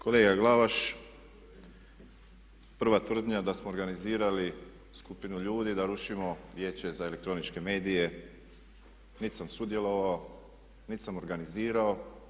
Kolega Glavaš, prva tvrdnja da smo organizirali skupinu ljudi da rušimo Vijeće za elektroničke medije, niti sam sudjelovao, niti sam organizirao.